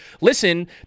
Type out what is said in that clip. listen